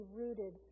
rooted